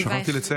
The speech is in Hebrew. שכחתי לציין,